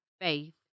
faith